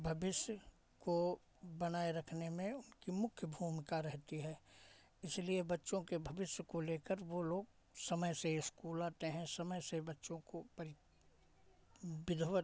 भविष्य को बनाए रखने में उनकी मुख्य भूमिका रहती है इसलिए बच्चों के भविष्य को लेकर वो लोग समय से इस्कूल आते हैं समय से बच्चों को परि विधिवत